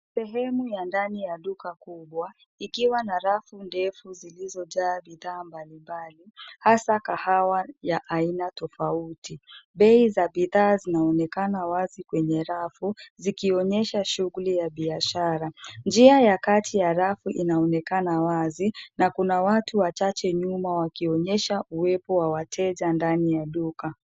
Sehemu ya ndani ya duka kubwa ikiwa na rafundefu zilizojaa bidhaa mbalimbali hasa kahawa ya aina tofauti. Bei za bidhaa zinaonekana wazi kwenye rafu zikionyesha shughuli ya biashara. Njia ya kati ya rafu inaonekana wazi na kuna watu wachache nyuma wakionyesha uwepo wa wateja ndani ya duka.